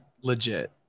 legit